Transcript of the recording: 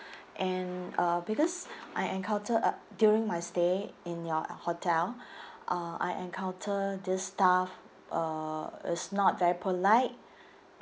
and uh because I encountered uh during my stay in your hotel uh I encounter this staff uh is not very polite